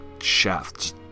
shafts